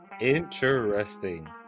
interesting